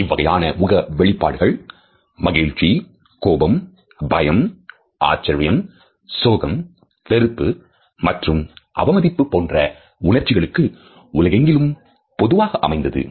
இவ்வகையான முக வெளிப்பாடுகள் மகிழ்ச்சி கோபம் பயம் ஆச்சரியம் சோகம் வெறுப்பு மற்றும் அவமதிப்பு போன்ற உணர்ச்சிகளுக்கு உலகெங்கிலும் பொதுவாக அமைந்தது